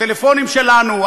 הטלפונים שלנו,